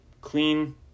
clean